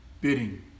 bidding